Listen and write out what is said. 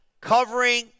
covering